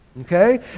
Okay